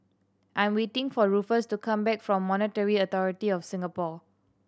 I'm waiting for Ruffus to come back from Monetary Authority Of Singapore